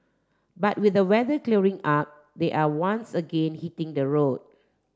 but with the weather clearing up they are once again hitting the road